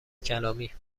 کلامی